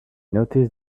noticed